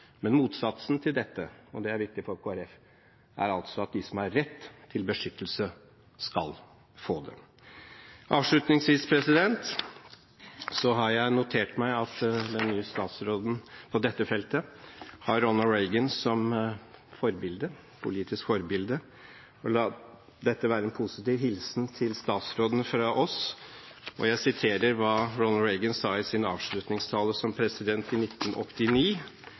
Men motsatsen til dette – og det er viktig for Kristelig Folkeparti – er at de som har rett til beskyttelse, skal få det. Avslutningsvis har jeg notert meg at den nye statsråden på dette feltet har Ronald Reagan som politisk forbilde. La dette være en positiv hilsen til statsråden fra oss – det Ronald Reagan sa i sin avslutningstale som president i 1989: